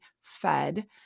fed